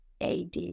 AD